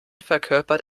verkörpert